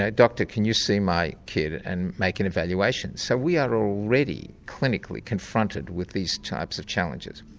ah doctor, can you see my kid and make an evaluation? so we are already clinically confronted with these types of challenges.